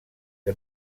que